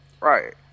Right